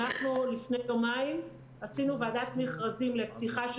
אנחנו לפני יומיים עשינו ועדת מכרזים לפתיחה של